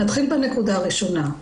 נתחיל בנקודה הראשונה.